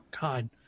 God